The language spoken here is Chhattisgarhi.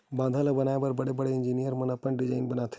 बांधा ल बनाए बर बड़े बड़े इजीनियर मन अपन डिजईन बनाथे